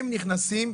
הם נכנסים,